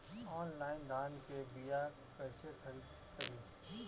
Online धान के बीया कइसे खरीद करी?